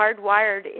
hardwired